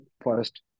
forest